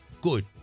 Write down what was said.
Good